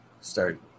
start